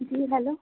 जी hello